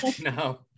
No